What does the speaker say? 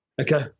Okay